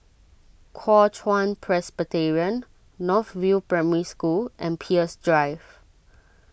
Kuo Chuan Presbyterian North View Primary School and Peirce Drive